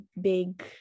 big